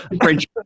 French